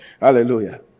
Hallelujah